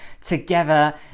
together